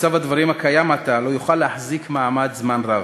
מצב הדברים הקיים עתה לא יוכל להחזיק מעמד זמן רב,